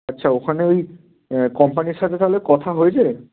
আচ্ছা ওখানে ওই কোম্পানির সাথে তাহলে কথা হয়েছে